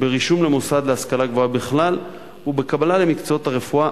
ברישום למוסד להשכלה גבוהה בכלל ובקבלה למקצועות הרפואה,